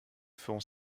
feront